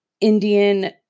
Indian